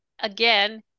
again